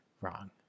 Wrong